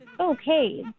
Okay